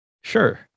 sure